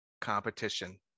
competition